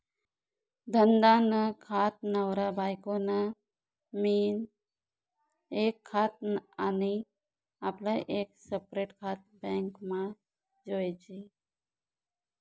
धंदा नं खातं, नवरा बायको नं मियीन एक खातं आनी आपलं एक सेपरेट खातं बॅकमा जोयजे